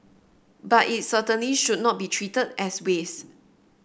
but it certainly should not be treated as waste